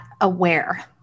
aware